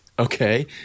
Okay